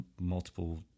multiple